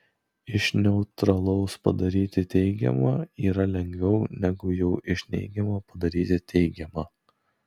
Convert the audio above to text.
iš neutralaus padaryti teigiamą yra lengviau negu jau iš neigiamo padaryti teigiamą